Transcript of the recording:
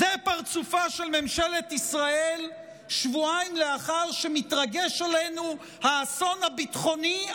זה פרצופה של ממשלת ישראל שבועיים לאחר שמתרגש עלינו האסון הביטחוני,